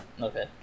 Okay